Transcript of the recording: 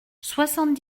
soixante